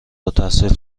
التحصیل